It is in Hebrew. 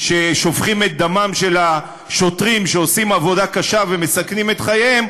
ששופכים את דמם של השוטרים שעושים עבודה קשה ומסכנים את חייהם,